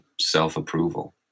self-approval